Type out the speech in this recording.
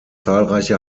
zahlreiche